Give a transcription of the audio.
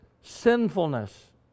sinfulness